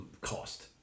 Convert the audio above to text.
cost